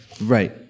right